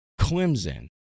Clemson